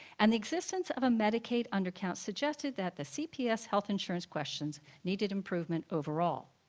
an existence of a medicaid undercount suggested that the cps health insurance questions needed improvement overall.